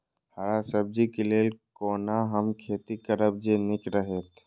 हरा सब्जी के लेल कोना हम खेती करब जे नीक रहैत?